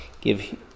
give